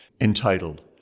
entitled